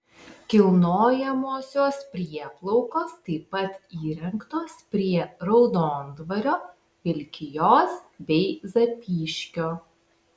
kilnojamosios prieplaukos taip pat įrengtos prie raudondvario vilkijos bei zapyškio